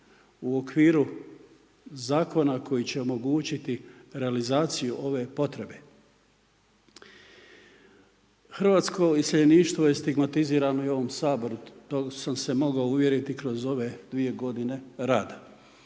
u okviru zakona koji će omogućiti realizaciju ove potrebe. Hrvatsko iseljeništvo je stigmatizirano i u ovom Saboru. To sam se mogao uvjeriti kroz ove dvije godine rada,